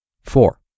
Four